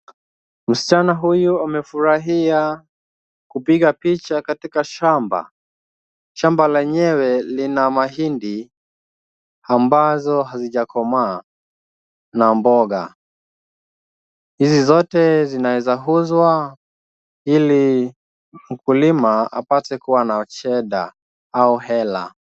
Msichana huyu amefurahia kupiga picha katika shamba. Shamba lenyewe lina mahindi ambazo hazijakomaa na mboga. Hizi zote zinaeza uzwa ili mkulima apate kuwa na cheda au hela.